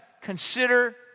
consider